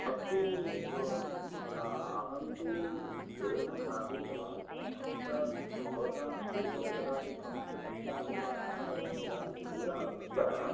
अत्तु अहं तु वेदं न आधीतवान् तत्र भवतां गुरुकुले कदाचित् संस्कृतस्यापि पाठः एवं स्यादिति धिया प्रस्थः